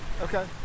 okay